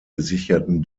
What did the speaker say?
gesicherten